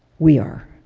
we are.